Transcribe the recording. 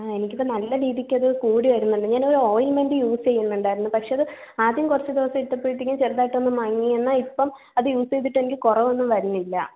എനിക്കിപ്പോൾ നല്ല രീതിക്കത് കൂടിവരുന്നുണ്ട് ഞാനൊരു ഓയിൽമെൻറ്റ് യൂസ് ചെയ്യുന്നുണ്ടായിരുന്നു പക്ഷെ അത് ആദ്യം കുറച്ച് ദിവസമിട്ടപ്പോഴത്തേക്കും ചെറുതായിട്ടൊന്നു മങ്ങി എന്നാൽ ഇപ്പം അത് യൂസ് ചെയ്യ്തിട്ട് എനിക്ക് കുറവൊന്നും വരുന്നില്ല